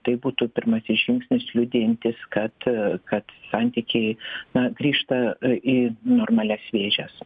tai būtų pirmasis žingsnis liudijantis kad kad santykiai na grįžta į normalias vėžes